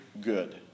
good